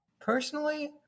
personally